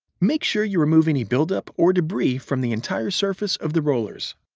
make sure you remove any buildup or debris from the entire surface of the rollers.